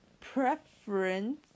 preference